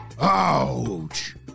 Ouch